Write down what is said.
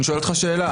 אני שואל אותך שאלה.